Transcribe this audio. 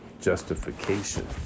justification